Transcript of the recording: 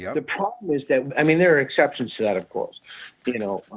yeah the problem is that i mean, there are exceptions to that, of course you know,